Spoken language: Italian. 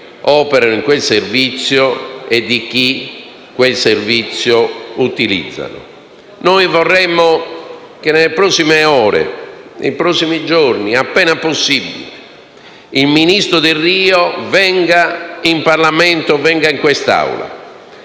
operano in quel servizio e di coloro che quel servizio utilizzano. Vorremmo che nelle prossime ore, nei prossimi giorni, appena possibile, il ministro Delrio venisse in Parlamento, in quest'Aula,